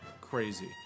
crazy